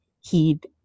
heed